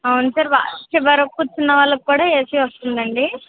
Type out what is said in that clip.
అవును సార్ చివర కూర్చున్న వాళ్ళకి కూడా ఏసీ వస్తుంది అండి